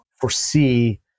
foresee